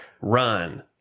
run